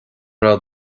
raibh